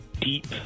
deep